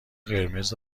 قرمز